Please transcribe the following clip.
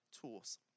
tools